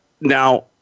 Now